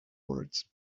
words